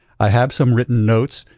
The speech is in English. i have some written notes,